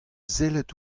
sellet